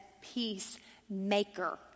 peacemaker